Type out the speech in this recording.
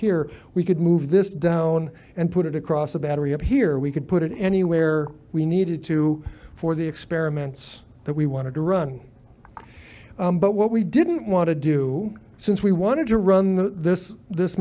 here we could move this down and put it across a battery up here we could put it anywhere we needed to for the experiments that we want to run but what we didn't want to do since we wanted to run the this